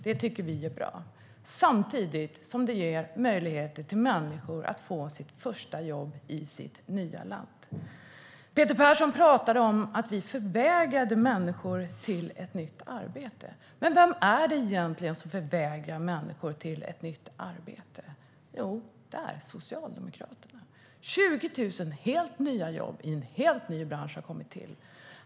Det tycker vi är bra. Peter Persson pratade om att vi förvägrade människor ett nytt arbete. Men vem är det egentligen som förvägrar människor ett nytt arbete? Jo, det är Socialdemokraterna. 20 000 helt nya jobb har kommit till i en helt ny bransch.